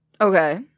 Okay